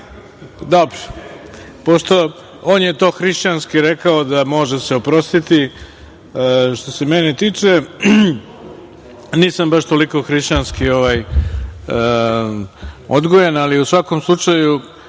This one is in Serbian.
Pavla. On je hrišćanski rekao da se može oprostiti. Što se mene tiče, nisam baš toliko hrišćanski odgojen, ali u svakom slučaju